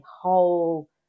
whole